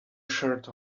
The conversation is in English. shirt